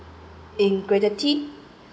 integrity